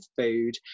food